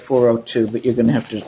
o two but you're going to have to